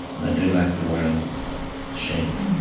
and i do like the word shape.